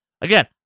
again